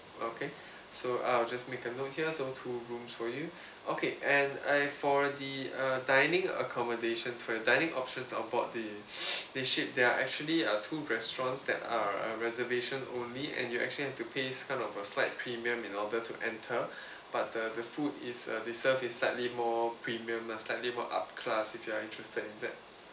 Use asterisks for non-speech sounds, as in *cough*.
okay *breath* so I'll just make a note here so two rooms for you okay and I for the uh dining accommodations for your dining options onboard the *noise* the ship there are actually uh two restaurants that are reservation only and you actually have to pay kind of a slight premium in order to enter *breath* but the the food is uh they serve is slightly more premium lah slightly more up class if you are interested in that